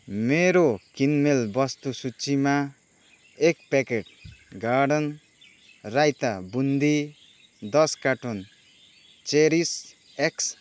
मेरो किनमेल वस्तु सूचीमा एक प्याकेट गार्डन रायता बुन्दी दस कार्टुन चेरिस एक्स